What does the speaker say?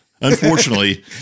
Unfortunately